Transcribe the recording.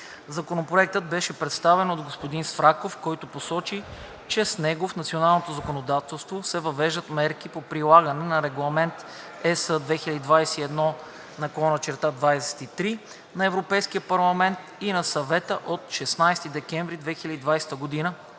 Законопроектът беше представен от господин Свраков, който посочи, че с него в националното законодателство се въвеждат мерки по прилагане на Регламент (ЕС) 2021/23 на Европейския парламент и на Съвета от 16 декември 2020 г.